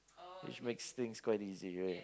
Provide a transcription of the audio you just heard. which makes things quite easy right